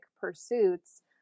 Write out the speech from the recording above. pursuits